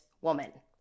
woman